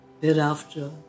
Thereafter